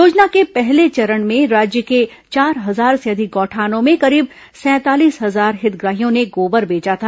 योजना के पहले चरण में राज्य के चार हजार से अधिक गौठानों में करीब सैंतालीस हजार हितग्राहियों ने गोबर बेचा था